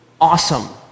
awesome